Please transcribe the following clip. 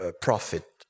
profit